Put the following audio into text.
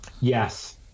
Yes